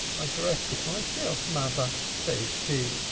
i dressed it myself, mother says she.